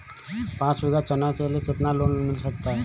पाँच बीघा चना के लिए कितना लोन मिल सकता है?